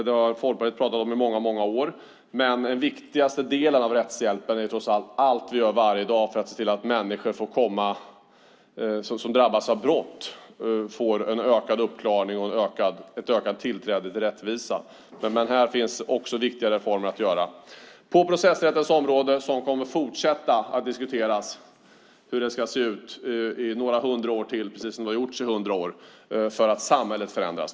Det har Folkpartiet talat om i många år, men trots allt är den viktigaste delen av rättshjälpen allt det som vi gör varje dag för att människor som drabbats av brott ska få en ökad uppklaring och ett ökat tillträde till rättvisan. Även här finns viktiga reformer att göra. Hur det ska se ut på processrättens område kommer att fortsätta att diskuteras i ytterligare några hundra år - det har redan diskuterats i hundra år - eftersom samhället förändras.